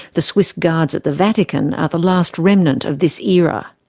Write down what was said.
the swiss guards at the vatican are the last remnant of this era.